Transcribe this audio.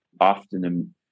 often